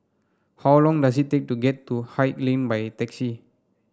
how long does it take to get to Haig Lane by taxi